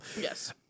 Yes